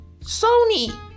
Sony